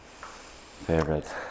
favorite